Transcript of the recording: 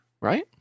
right